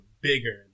bigger